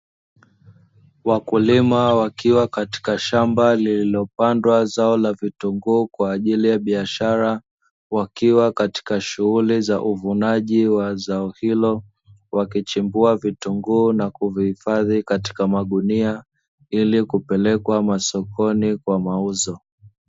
Wakulima wakiwa katika shamba lililopandwa zao la vitunguu kwa ajili ya biashara, wakiwa katika shughuli za uvunaji wa zao hilo wakichimbua vitunguu na kuvihifadhi katika magunia, ili kupelekwa masokoni kwa mauzo.